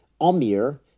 Amir